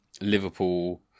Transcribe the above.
Liverpool